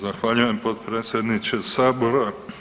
Zahvaljujem potpredsjedniče Sabora.